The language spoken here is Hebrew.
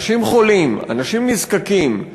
אנשים חולים, אנשים נזקקים,